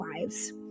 lives